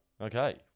Okay